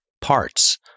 parts